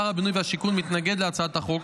שר הבינוי והשיכון מתנגד להצעת החוק.